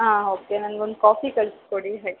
ಹಾಂ ಓಕೆ ನನ್ಗೆ ಒಂದು ಕಾಫಿ ಕಳ್ಸಿಕೊಡಿ ಹೇ